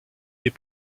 des